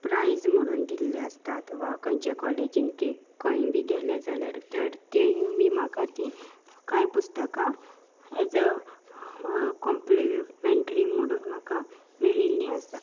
prize म्हणून दिल्ले आसतात वा खंयच्या कॉलेजीन खंय बी गेले जाल्यार तेय बी म्हाका तीं कांय पुस्तकां एज अ कॉम्प्लिमेंट्री म्हणून म्हाका मेळिल्लीं आसा